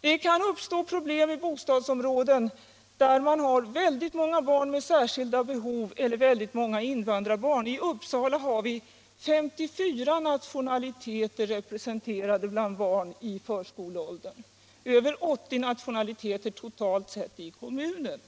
Det kan uppstå problem i böstadsområden där det finns väldigt många barn med särskilda behov eller väldigt många invandrarbarn — i Uppsala har vi 54 nationaliteter representerade bland barn i förskoleåldern och över 80 nationaliteter totalt sett i kommunen.